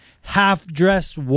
half-dressed